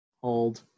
Hold